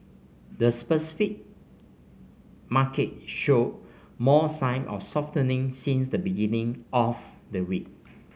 this Pacific market showed more sign of softening since the beginning of the week